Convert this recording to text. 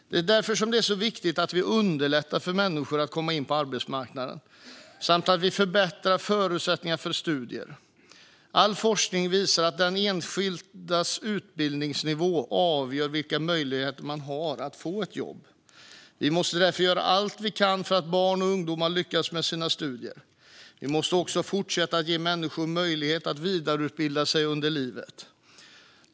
Det är därför det är så viktigt att vi underlättar för människor att komma in på arbetsmarknaden samt att vi förbättrar förutsättningarna för studier. All forskning visar att den enskildes utbildningsnivå avgör vilka möjligheter man har att få ett jobb. Vi måste därför göra allt vi kan för att barn och ungdomar ska lyckas med sina studier. Vi måste också fortsätta att ge människor möjlighet att vidareutbilda sig under livet.